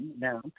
now